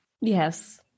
Yes